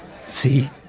See